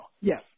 yes